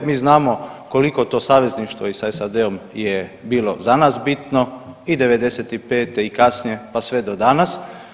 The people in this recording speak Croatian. Mi znamo koliko to savezništvo i sa SAD-om je bilo za nas bitno i '95. i kasnije pa sve do danas.